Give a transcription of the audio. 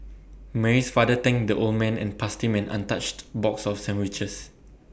Mary's father thanked the old man and passed him an untouched box of sandwiches